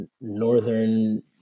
Northern